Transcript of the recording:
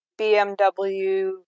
BMW